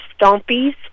Stompies